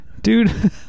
Dude